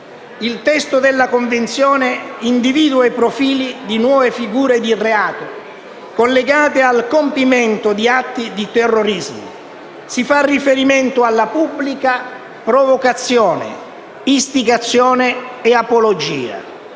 Il testo della convenzione individua i profili di nuove figure di reato collegate al compimento di atti di terrorismo: si fa riferimento alla pubblica provocazione (istigazione e apologia),